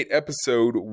episode